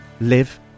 live